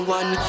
one